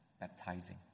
baptizing